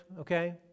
okay